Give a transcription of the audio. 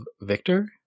Victor